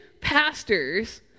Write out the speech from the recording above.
pastors